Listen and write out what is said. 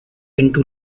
into